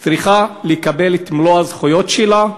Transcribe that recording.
צריכה לקבל את מלוא הזכויות שלה.